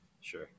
Sure